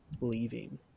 leaving